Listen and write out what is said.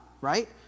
right